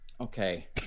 Okay